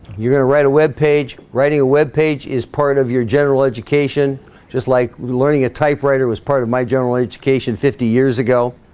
you're going to write a web page writing a web page is part of your general education just like learning a typewriter was part of my general education fifty years ago